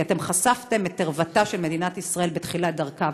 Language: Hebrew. כי אתם חשפתם את ערוותה של מדינת ישראל בתחילת דרכה,